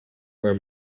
where